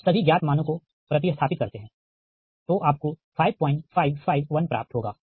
आप सभी ज्ञात मानों को प्रति स्थापित करते हैंतो आपको 5551 प्राप्त होगा